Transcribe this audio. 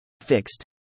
Fixed